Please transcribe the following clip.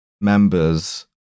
members